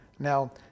Now